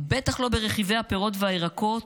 בטח לא ברכיבי הפירות והירקות.